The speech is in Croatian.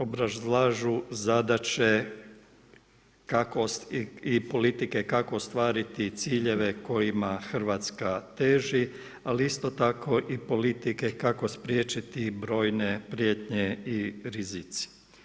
Obrazlažu zadaće i politike kako ostvariti ciljeve kojima Hrvatska teži, ali isto tako politike kako spriječiti brojne prijetnje i rizici.